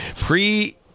Pre-